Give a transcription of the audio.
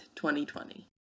2020